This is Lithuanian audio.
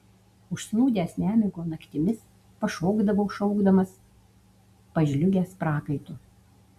užsnūdęs nemigo naktimis pašokdavau šaukdamas pažliugęs prakaitu